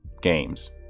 games